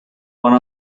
one